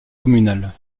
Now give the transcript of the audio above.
communale